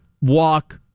walk